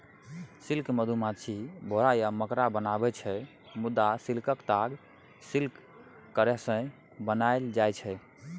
silk मधुमाछी, भौरा आ मकड़ा बनाबै छै मुदा सिल्कक ताग सिल्क कीरासँ बनाएल जाइ छै